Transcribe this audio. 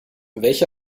welche